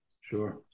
Sure